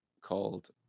called